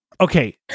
okay